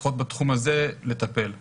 לפחות לטפל הזה.